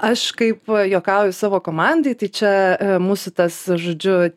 aš kaip juokauju savo komandai tai čia mūsų tas žodžiu